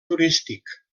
turístic